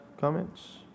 comments